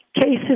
Cases